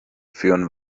führen